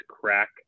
crack